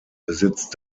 besitzt